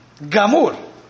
Gamur